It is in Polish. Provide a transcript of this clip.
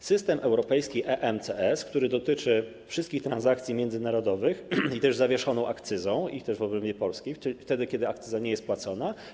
Jest system europejski EMCS, który dotyczy wszystkich transakcji międzynarodowych i też tych z zawieszoną akcyzą, i też w obrębie Polski, czyli wtedy, kiedy akcyza nie jest płacona.